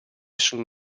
sono